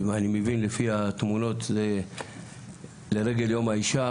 אם אני מבין לפי התמונות זה לרגל יום האישה,